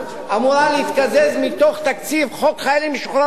אמורה להתקזז מתוך תקציב חוק חיילים משוחררים.